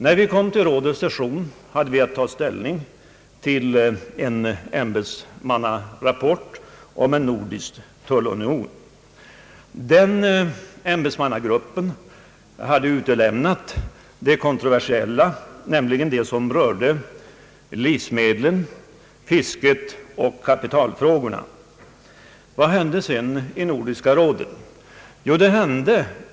När vi kom till rådets session hade vi att ta ställning till en ämbetsmannarapport om en nordisk tullunion. Ämbetsmannagruppen hade utelämnat de kontroversiella frågorna, som rörde livsmedlen, fisket och kapitalfrågorna. Vad hände sedan i Nor diska rådet?